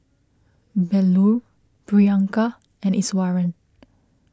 Bellur Priyanka and Iswaran